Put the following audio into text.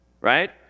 Right